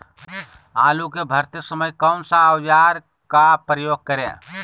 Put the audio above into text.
आलू को भरते समय कौन सा औजार का प्रयोग करें?